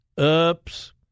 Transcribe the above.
Oops